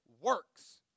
works